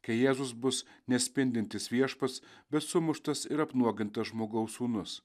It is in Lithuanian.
kai jėzus bus nespindintis viešpats bet sumuštas ir apnuogintas žmogaus sūnus